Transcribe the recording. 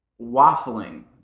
waffling